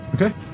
okay